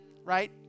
right